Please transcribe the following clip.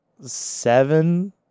seven